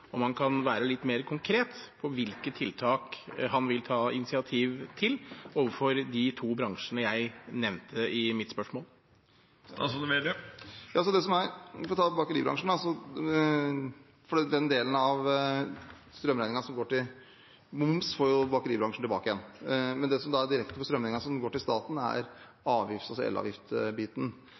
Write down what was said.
kan være litt mer konkret på hvilke tiltak han vil ta initiativ til overfor de to bransjene jeg nevnte i mitt spørsmål. For å ta bakeribransjen: Den delen av strømregningen som går til moms, får bakeribransjen tilbake, men det som går direkte til staten på strømregningen, er elavgiftbiten. Derfor var det viktig for